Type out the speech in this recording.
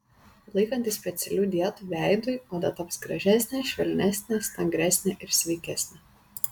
laikantis specialių dietų veidui oda taps gražesnė švelnesnė stangresnė ir sveikesnė